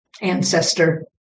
ancestor